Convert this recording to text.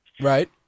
Right